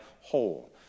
whole